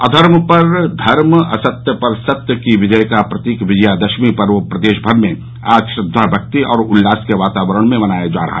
अघर्म पर धर्म असत्य पर सत्य की विजय का प्रतीक विजयादशमी पर्व प्रदेशभर में आज श्रद्दा भक्ति और उल्लास के वातावरण में मनाया जा रहा